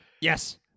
yes